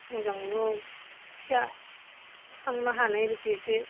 मोजांनो फिसा खांनो हानाय बायदि एसे